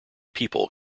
people